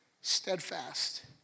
steadfast